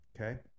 okay